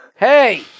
Hey